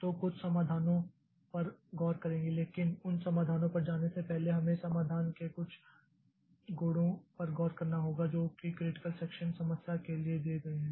तो कुछ समाधानों पर गौर करेंगे लेकिन उन समाधानों पर जाने से पहले हमें समाधान के कुछ गुणों पर गौर करना होगा जो क्रिटिकल सेक्षन समस्या के लिए दिए गए हैं